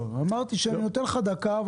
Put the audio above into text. אמרתי שאני נותן לך דקה,